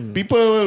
People